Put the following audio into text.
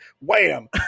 Wham